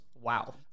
Wow